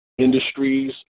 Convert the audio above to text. Industries